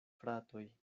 fratoj